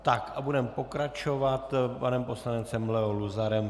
Tak, a budeme pokračovat panem poslancem Leo Luzarem.